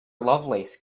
lovelace